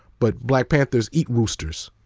but black panthers eat roosters.